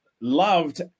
loved